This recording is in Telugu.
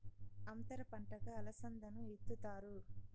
అంతర పంటగా అలసందను ఇత్తుతారు